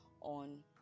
on